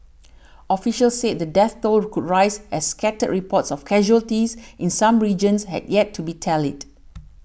officials said the death toll could rise as scattered reports of casualties in some regions had yet to be tallied